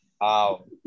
Wow